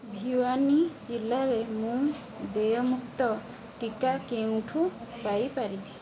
ଭିୱାନୀ ଜିଲ୍ଲାରେ ମୁଁ ଦେୟମୁକ୍ତ ଟିକା କେଉଁଠୁ ପାଇ ପାରିବି